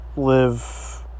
live